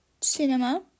Cinema